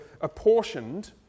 apportioned